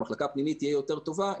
במחלקה הפנימית תהיה יותר טובה,